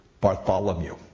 Bartholomew